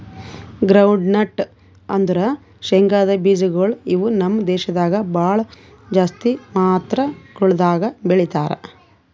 groundnut ಅಂದುರ್ ಶೇಂಗದ್ ಬೀಜಗೊಳ್ ಇವು ನಮ್ ದೇಶದಾಗ್ ಭಾಳ ಜಾಸ್ತಿ ಮಾತ್ರಗೊಳ್ದಾಗ್ ಬೆಳೀತಾರ